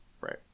Right